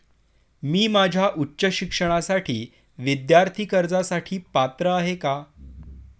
मी माझ्या उच्च शिक्षणासाठी विद्यार्थी कर्जासाठी पात्र आहे का?